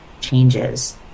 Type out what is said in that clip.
changes